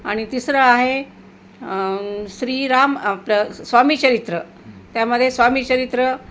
आणि तिसरं आहे श्रीराम प्र स्वामी चरित्र त्यामध्ये स्वामी चरित्र